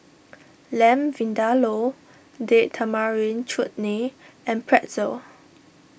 Lamb Vindaloo Date Tamarind Chutney and Pretzel